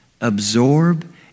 absorb